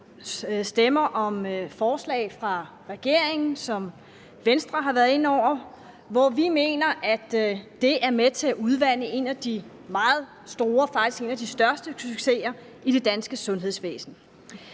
stemme om et forslag fra regeringen, som Venstre har været inde over, og som vi mener er med til at udvande en af de meget store, ja, faktisk en af de største succeser i det danske sundhedsvæsen.